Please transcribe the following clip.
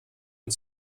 und